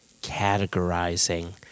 categorizing